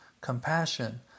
compassion